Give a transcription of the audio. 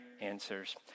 answers